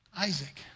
Isaac